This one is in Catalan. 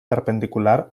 perpendicular